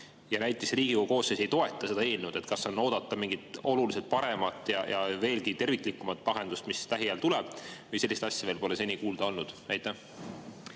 ja Riigikogu koosseis ei toeta seda eelnõu, kas siis on oodata mingit oluliselt paremat ja veelgi terviklikumat lahendust, mis lähiajal tuleb? Või sellist asja pole seni kuulda olnud? Aitäh,